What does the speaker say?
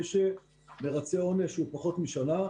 מי שמרצה עונש פחות משנה,